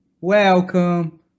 Welcome